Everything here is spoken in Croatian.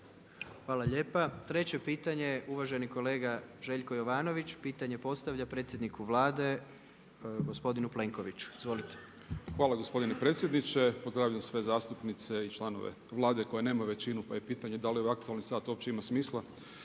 Hvala lijepa. Treće pitanje, uvaženi kolega Željko Jovanović. Pitanje postavlja predsjedniku Vlade, gospodinu Plenkoviću. Izvolite. **Jovanović, Željko (SDP)** Hvala gospodine predsjedniče. Pozdravljam sve zastupnice i članove Vlade koji nemaju većinu, koje je pitanje da li aktualni sat uopće ima smisla.